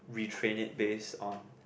we train it base on